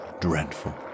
dreadful